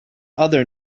other